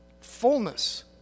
Fullness